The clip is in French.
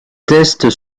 tests